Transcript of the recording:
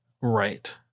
Right